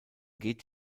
geht